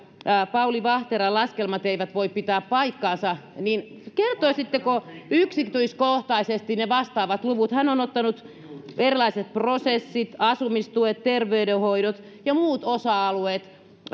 pauli vahteran laskelmat eivät voi pitää paikkaansa niin kertoisitteko yksityiskohtaisesti ne vastaavat luvut hän on ottanut erilaiset prosessit asumistuet terveydenhoidot ja muut osa alueet